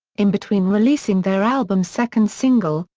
in between releasing their album's second single,